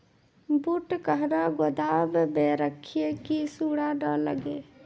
बूट कहना गोदाम मे रखिए की सुंडा नए लागे?